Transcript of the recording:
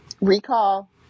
Recall